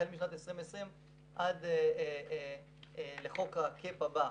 החל משנת 2020 עד לחוק הקאפ הבא,